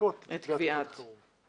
המצדיקות את קביעת מצב החירום.